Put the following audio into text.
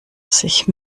sich